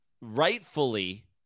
rightfully